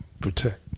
protect